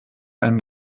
einem